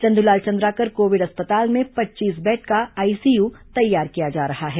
Chandralal Chandrakar Covid अस्पताल में पच्चीस बेड का आईसीयू तैयार किया जा रहा है